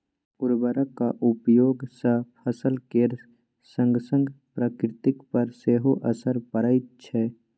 उर्वरकक उपयोग सँ फसल केर संगसंग प्रकृति पर सेहो असर पड़ैत छै